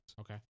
Okay